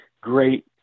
great